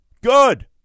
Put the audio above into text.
Good